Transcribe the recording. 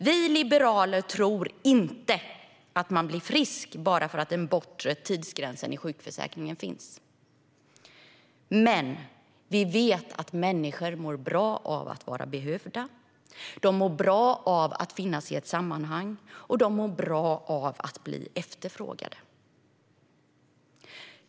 Vi liberaler tror inte att man blir frisk för att det finns en bortre tidsgräns i sjukförsäkringen. Men vi vet att människor mår bra av att vara behövda, av att finnas i ett sammanhang och av att bli efterfrågade.